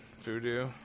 Voodoo